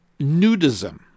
Nudism